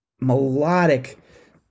melodic